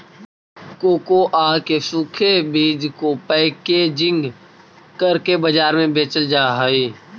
cocoa के सूखे बीज को पैकेजिंग करके बाजार में बेचल जा हई